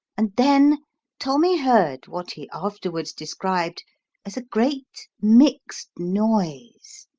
and then tommy heard what he afterwards described as a great mixed noise